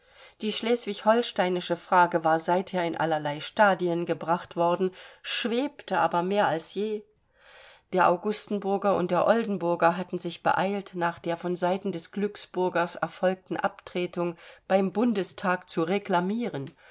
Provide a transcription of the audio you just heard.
die schleswig holsteinische frage war seither in allerlei stadien gebracht worden schwebte aber mehr als je der augustenburger und der oldenburger hatten sich beeilt nach der von seiten des glücksburgers erfolgten abtretung beim bundestag zu reklamieren